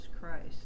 Christ